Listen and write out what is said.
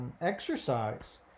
exercise